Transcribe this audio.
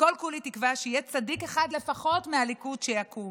וכל-כולי תקווה שיהיה צדיק אחד לפחות מהליכוד שיקום.